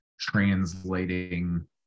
translating